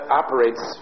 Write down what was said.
operates